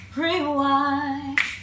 rewind